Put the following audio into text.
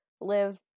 live